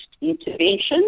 interventions